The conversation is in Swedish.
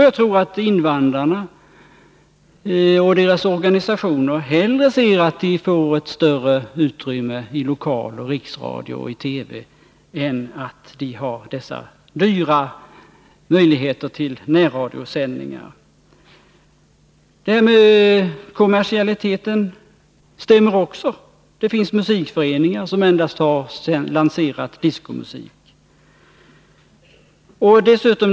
Jag tror att invandrarna och deras organisationer hellre ser att de får ett större större utrymme i lokaloch riksradio och i TV än att de får möjligheter att sända dyra närradioprogram. Också beträffande kommersialiteten håller våra påpekanden. Det finns musikföreningar som har lanserat enbart discomusik i närradion.